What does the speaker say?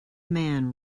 man